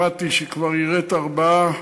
שמעתי שכבר יירט ארבעה,